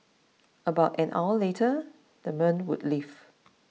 about an hour later the men would leave